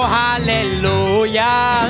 hallelujah